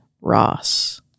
Ross